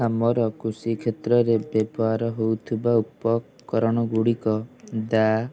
ଆମର କୃଷି କ୍ଷେତ୍ରରେ ବ୍ୟବହାର ହେଉଥିବା ଉପକରଣଗୁଡ଼ିକ ଦାଆ